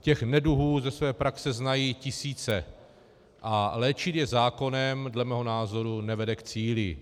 Těch neduhů ze své praxe znají tisíce a léčit je zákonem dle mého názoru nevede k cíli.